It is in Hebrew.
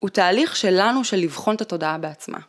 הוא תהליך שלנו של לבחון את התודעה בעצמה.